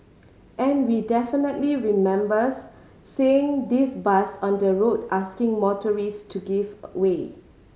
and we definitely remembers seeing this bus on the road asking motorists to give away